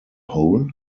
hole